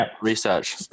research